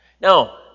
Now